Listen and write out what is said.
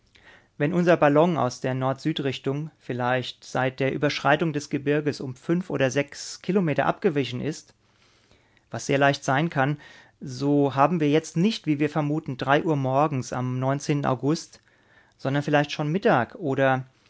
wenn unser ballon aus der nord süd richtung vielleicht seit der überschreitung des gebirges um fünf oder sechs kilometer abgewichen ist was sehr leicht sein kann so haben wir jetzt nicht wie wir vermuten drei uhr morgens am august sondern vielleicht schon mittag oder